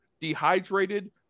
dehydrated